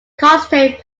concentrate